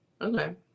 Okay